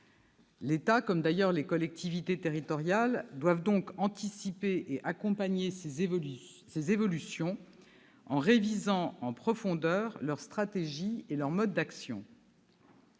L'État et les collectivités territoriales doivent donc anticiper et accompagner ces évolutions en révisant en profondeur leurs stratégies et leurs modes d'action.